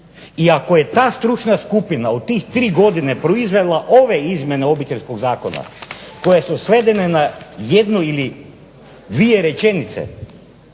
i ako je ta stručna skupina u tih tri godine proizvela ove izmjene Obiteljskog zakona koje su svedene na jednu ili dvije rečenice